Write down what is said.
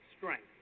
strength